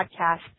podcast